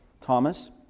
Thomas